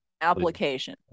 application